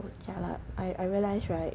oh jialat I realized right